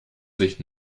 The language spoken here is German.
sich